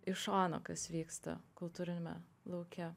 iš šono kas vyksta kultūriniame lauke